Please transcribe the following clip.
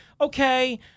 okay